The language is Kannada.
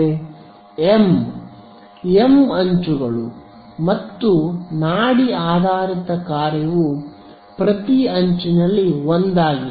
ವಿದ್ಯಾರ್ಥಿ ಎಂ ಎಂ ಅಂಚುಗಳು ಮತ್ತು ನಾಡಿ ಆಧಾರಿತ ಕಾರ್ಯವು ಪ್ರತಿ ಅಂಚಿನಲ್ಲಿ ಒಂದಾಗಿದೆ